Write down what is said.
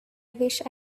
wish